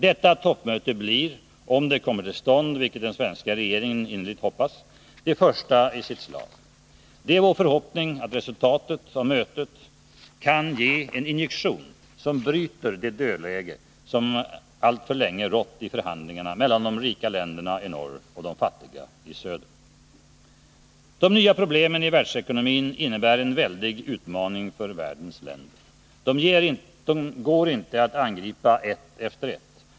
Detta toppmöte blir — om det kommer till stånd, vilket den svenska regeringen innerligt hoppas — det första i sitt slag. Det är vår förhoppning att resultatet av mötet kan ge en injektion som bryter det dödläge som alltför länge rått i förhandlingarna mellan de rika länderna i norr och de fattiga i söder. De nya problemen i världsekonomin innebär en väldig utmaning för världens länder. De går inte att angripa ett efter ett.